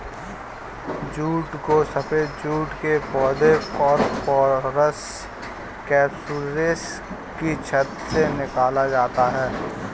jute को सफेद जूट के पौधे कोरकोरस कैप्सुलरिस की छाल से निकाला जाता है